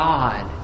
God